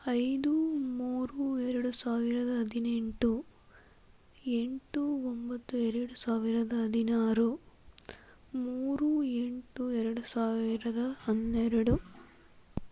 ಐದು ಮೂರು ಎರಡು ಸಾವಿರದ ಹದಿನೆಂಟು ಎಂಟು ಒಂಬತ್ತು ಎರಡು ಸಾವಿರದ ಹದಿನಾರು ಮೂರು ಎಂಟು ಎರಡು ಸಾವಿರದ ಹನ್ನೆರಡು